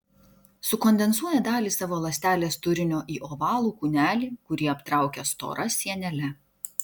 sukondensuoja dalį savo ląstelės turinio į ovalų kūnelį kurį aptraukia stora sienele